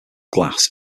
glass